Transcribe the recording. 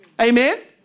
Amen